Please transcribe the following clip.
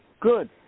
good